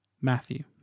Matthew